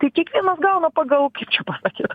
tai kiekvienas gauna pagal kaip čia pasakyt